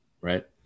right